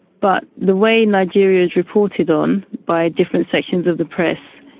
but the way nigeria's reported on by different sections of the press,